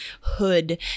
hood